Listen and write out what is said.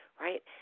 right